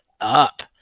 up